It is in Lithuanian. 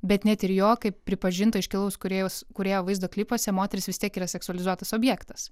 bet net ir jo kaip pripažinto iškilaus kūrėjos kūrėjo vaizdo klipuose moteris vis tiek yra seksuali duotas objektas